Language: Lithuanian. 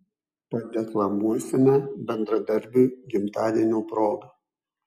padeklamuosime bendradarbiui gimtadienio proga